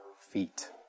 feet